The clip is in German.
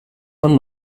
man